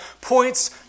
points